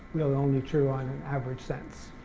we're only true on an average sense.